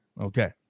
Okay